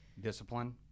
Discipline